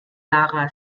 lara